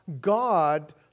God